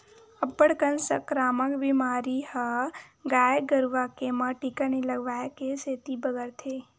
अब्बड़ कन संकरामक बेमारी ह गाय गरुवा के म टीका नइ लगवाए के सेती बगरथे